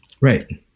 Right